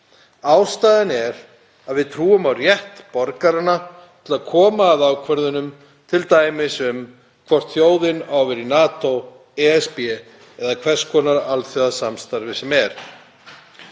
Ástæðan er að við trúum á rétt borgaranna til að koma að ákvörðunum, t.d. um hvort þjóðin á að vera í NATO, ESB eða hvers konar alþjóðasamstarfi sem er.